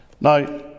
Now